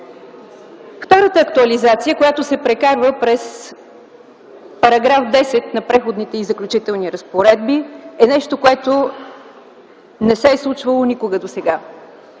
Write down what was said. Втората актуализация, която се прекарва през § 10 от Преходните и заключителните разпоредби, е нещо, което не се е случвало никога досега.